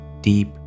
deep